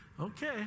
Okay